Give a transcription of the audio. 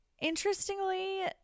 Interestingly